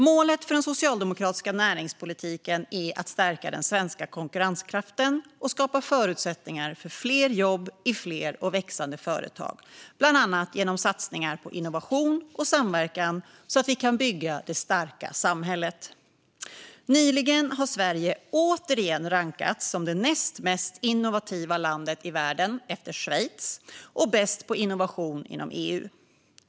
Målet för den socialdemokratiska näringspolitiken är att stärka den svenska konkurrenskraften och skapa förutsättningar för fler jobb i fler och växande företag, bland annat genom satsningar på innovation och samverkan, så att vi kan bygga det starka samhället. Nyligen har Sverige återigen rankats som det näst mest innovativa landet i världen efter Schweiz och som bäst på innovation inom EU.